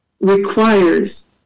requires